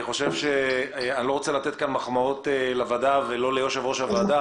אני לא רוצה לתת כאן מחמאות לוועדה וליושב-ראש הוועדה,